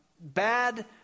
bad